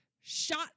shot